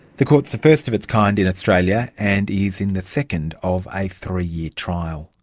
the court is the first of its kind in australia and is in the second of a three-year trial.